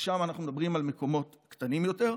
ששם אנחנו מדברים על מקומות קטנים יותר.